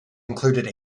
included